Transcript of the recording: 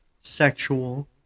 sexual